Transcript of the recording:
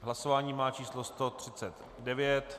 Hlasování má číslo 139.